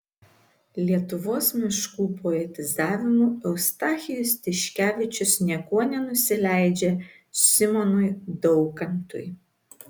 lietuvos miškų poetizavimu eustachijus tiškevičius niekuo nenusileidžia simonui daukantui